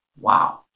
wow